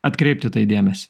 atkreipti dėmesį